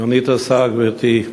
סגנית השר, גברתי,